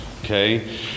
okay